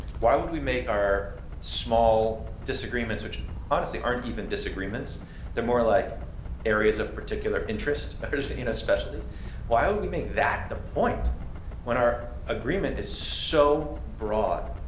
why would we make our small disagreements which honestly aren't even disagreements they're more like areas of particular interest or specialties why would we make that the point when our agreement is so broad?